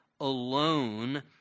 alone